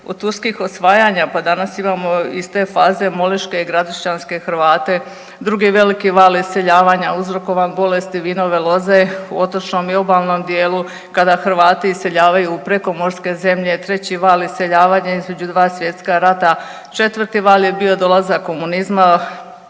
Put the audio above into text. od Turskih osvajanja pa danas imamo iz te faze Moliške i Gradišćanske Hrvate, drugi veli val iseljavanja uzrokovan bolesti vinove loze u otočnom i obalnom dijelu kada Hrvati iseljavaju u prekomorske zemlje, treći val iseljavanja između dva svjetska rada, četvrti je bio dolazak komunizma